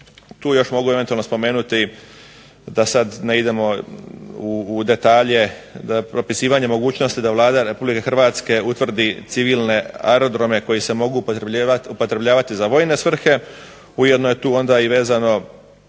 Tu još mogu eventualno spomenuti da sada ne idemo u detalje propisivanje mogućnosti da Vlada Republike Hrvatske utvrdi civilne aerodrome koji se mogu upotrebljavati za vojne svrhe. Ujedno je tu onda vezano